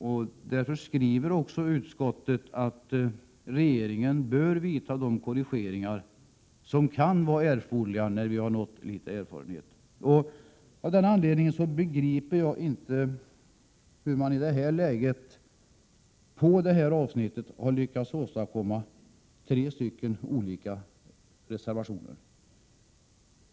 Utskottet skriver därför också att regeringen bör vidta de korrigeringar som kan vara erforderliga när vi har fått litet erfarenhet. Av den anledningen begriper jag inte hur man i detta läge har lyckats åstadkomma tre olika reservationer på det här avsnittet.